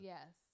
Yes